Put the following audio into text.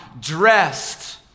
dressed